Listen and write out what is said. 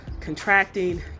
contracting